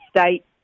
state